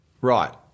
right